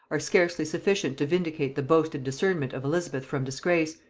are scarcely sufficient to vindicate the boasted discernment of elizabeth from disgrace,